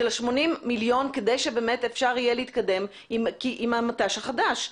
של ה-80 מיליון כדי שבאמת אפשר יהיה להתקדם עם המט"ש החדש.